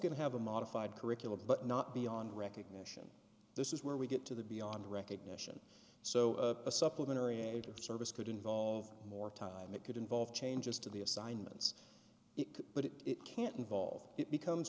going to have a modified curriculum but not beyond recognition this is where we get to the beyond recognition so a supplementary age of service could involve more time it could involve changes to the assignments but it can't involve it becomes